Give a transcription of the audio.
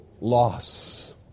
loss